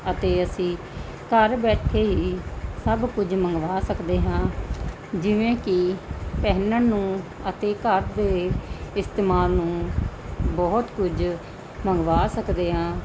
ਅਤੇ ਅਸੀਂ ਘਰ ਬੈਠੇ ਹੀ ਸਭ ਕੁਝ ਮੰਗਵਾ ਸਕਦੇ ਹਾਂ ਜਿਵੇਂ ਕਿ ਪਹਿਨਣ ਨੂੰ ਅਤੇ ਘਰ ਦੇ ਇਸਤੇਮਾਲ ਨੂੰ ਬਹੁਤ ਕੁਝ ਮੰਗਵਾ ਸਕਦੇ ਹਾਂ